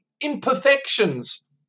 imperfections